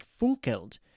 Funkeld